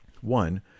One